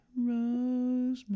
Rosemary